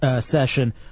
session